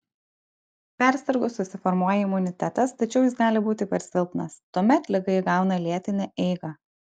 persirgus susiformuoja imunitetas tačiau jis gali būti per silpnas tuomet liga įgauna lėtinę eigą